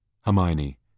Hermione